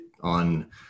on